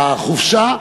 החופשה.